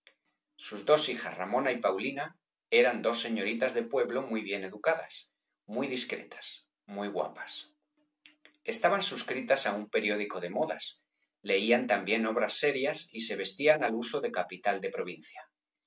sus dos hijas ramona y paulina eran dos señoritas de pueblo muy bien educadas muy discretas muy guapas estaban suscritas á un periódico de modas leían también obras serias y se vestían al uso de capital de provincia